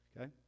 okay